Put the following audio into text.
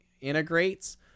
integrates